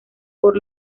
por